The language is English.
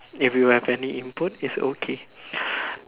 if you have any input is okay